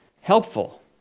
helpful